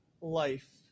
life